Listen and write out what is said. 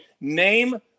name